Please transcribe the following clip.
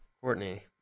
Courtney